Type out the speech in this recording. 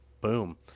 boom